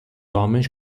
homens